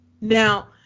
Now